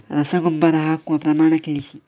ರಸಗೊಬ್ಬರ ಹಾಕುವ ಪ್ರಮಾಣ ತಿಳಿಸಿ